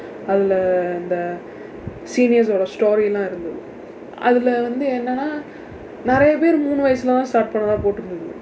அதுல இந்த:athula indtha seniors வோட:voda story எல்லாம் இருந்தது அதுல வந்து என்னன்னா நிறைய பேர் மூன்று வயசில தான்:ellaam irundthathu athula vandthu enannaa niraiya peer muunru vayasila thaan start பண்ணதா போட்டிருந்தது:pannathaa pootdirundtathu